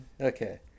Okay